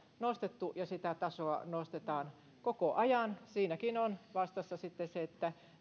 nostettu ja sitä tasoa nostetaan koko ajan siinäkin on vastassa sitten se